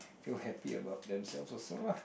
feel happy about themselves also lah